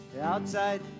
outside